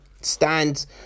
Stands